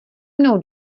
mnou